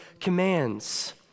commands